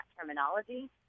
terminology